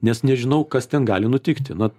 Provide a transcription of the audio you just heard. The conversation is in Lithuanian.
nes nežinau kas ten gali nutikti na